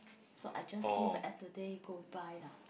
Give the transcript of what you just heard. so I just live as the day go by lah